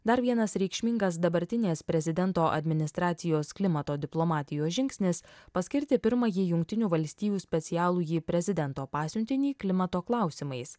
dar vienas reikšmingas dabartinės prezidento administracijos klimato diplomatijos žingsnis paskirti pirmąjį jungtinių valstijų specialųjį prezidento pasiuntinį klimato klausimais